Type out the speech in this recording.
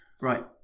Right